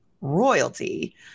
royalty